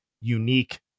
unique